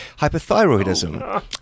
hypothyroidism